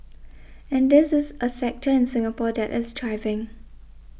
and this is a sector in Singapore that is thriving